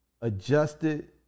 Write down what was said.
adjusted